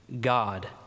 God